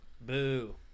boo